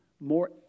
more